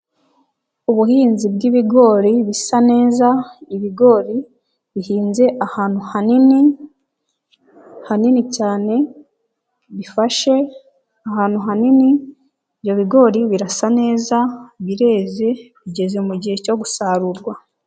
Ubuhinzi bwibigori bisa neza, ibigori bihinze ahantu hanini hanini cyane, bifashe ahantu hanini, ibyo bigori birasa neza bireze bigeze mugihe cyo gusarurwa.